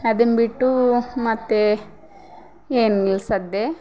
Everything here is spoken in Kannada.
ಅದನ್ನ ಬಿಟ್ಟು ಮತ್ತೆ ಏನು ಇಲ್ಲ ಸದ್ದೆ